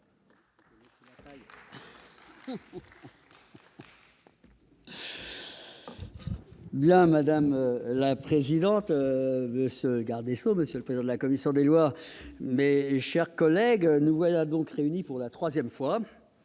Madame la présidente, monsieur le garde des sceaux, monsieur le président de la commission des lois, mes chers collègues, nous voici réunis pour la troisième fois